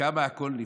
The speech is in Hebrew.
כמה הכול נפלא.